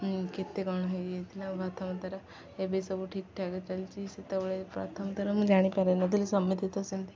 କେତେ କ'ଣ ହୋଇଯାଇଥିଲା ପ୍ରଥମ ଥର ଏବେ ସବୁ ଠିକଠାକ ଚାଲିଚି ସେତେବେଳେ ପ୍ରଥମ ଥର ମୁଁ ଜାଣିପାରେ ନଥିଲି ସେମିତି ତ ସେମିତି